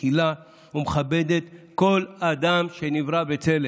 מכילה ומכבדת כל אדם שנברא בצלם.